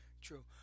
True